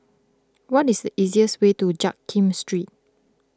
what is the easiest way to Jiak Kim Street